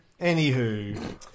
Anywho